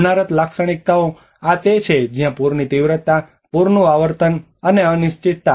હોનારત લાક્ષણિકતાઓ આ તે છે જ્યાં પૂરની તીવ્રતા પૂરની આવર્તન અને અનિશ્ચિતતા